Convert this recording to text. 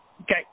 Okay